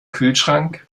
kühlschrank